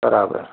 बराबरि